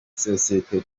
sosiyete